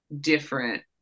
different